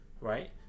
right